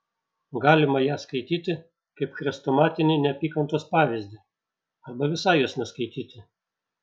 galima ją skaityti kaip chrestomatinį neapykantos pavyzdį arba visai jos neskaityti